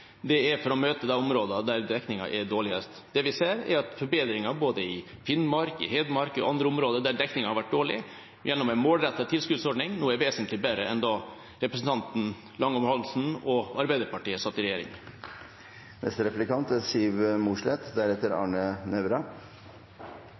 Det er for å møte de områdene der dekningen er dårligst. Det vi ser, er at dekningen i både Finnmark, Hedmark og andre områder der den har vært dårlig, gjennom en målrettet tilskuddsordning nå er en vesentlig forbedret fra da representanten Langholm Hansens parti, Arbeiderpartiet, satt i regjering.